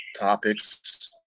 topics